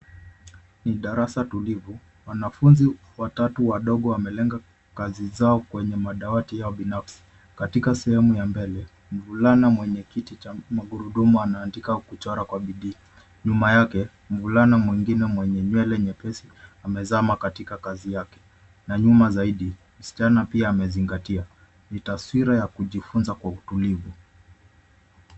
Ni darasa tulivu wanafunzi watatu wadogo wamelenga kazi zao kwenye madawati yao binafsi katika sehemu ya mbele mvulana mwenye kiti cha magurudumu anaandika na anachora kwa bidii, nyuma yake mvulana mwingine mwenye nywele nyepesi amezama katika kazi yake na nyuma zaidi msichana amezingatia, ni taswira ya kujifunza kwa utulivuii.